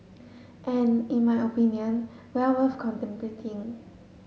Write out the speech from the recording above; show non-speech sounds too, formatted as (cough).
(noise) and in my opinion well worth contemplating